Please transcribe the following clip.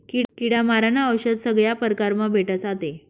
किडा मारानं औशद सगया परकारमा भेटस आते